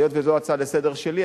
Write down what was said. היות שזו לא הצעה לסדר שלי,